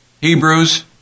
Hebrews